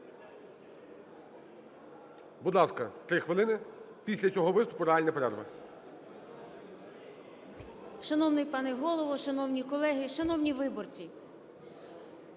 Будь ласка, 3 хвилини. Після цього виступу – реальна перерва.